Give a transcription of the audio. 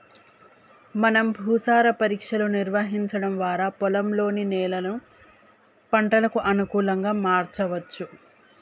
మనం భూసార పరీక్షలు నిర్వహించడం వారా పొలంలోని నేలను పంటలకు అనుకులంగా మార్చవచ్చు